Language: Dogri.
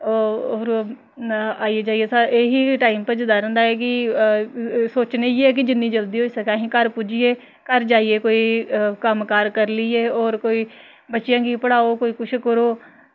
होर आई जाइयै एही टाइम भ'ज्जदा रौहंदा कि सोचने इ'यै कि जि'न्नी जल्दी होई सकै असें ई घर पुज्जियै घर जाइयै कोई कम्म कार करी लेइये होर कोई बच्चेआं गी पढ़ाओ कोई कुछ करो